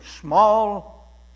small